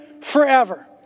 forever